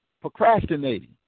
procrastinating